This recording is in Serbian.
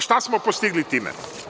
Šta smo postigli time?